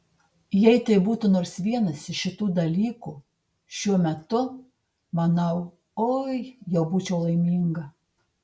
jei tai būtų nors vienas iš šitų dalykų šiuo metu manau oi jau būčiau laiminga